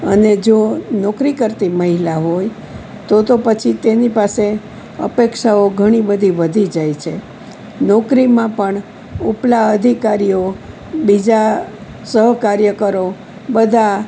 અને જો નોકરી કરતી મહિલા હોય તો તો પછી તેની પાસે અપેક્ષાઓ ઘણીબધી વધી જાય છે નોકરીમાં પણ ઉપલા અધિકારીઓ બીજા સહકાર્યકરો બધા